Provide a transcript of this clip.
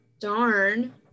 Darn